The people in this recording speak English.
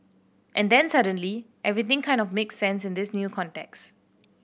and then suddenly everything kind of makes sense in this new context